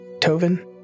Tovin